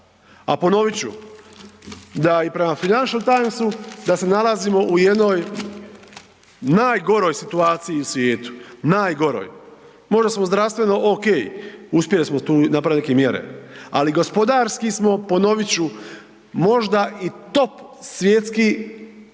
A ponovit ću, da i prema …/Govornik se ne razumije/…da se nalazimo u jednoj najgoroj situaciji u svijetu, najgoroj. Možda smo zdravstveno okej, uspjeli smo tu napravit neke mjere, ali gospodarski smo, ponovit ću, možda i top svjetski,